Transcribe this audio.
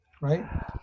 Right